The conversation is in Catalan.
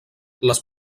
les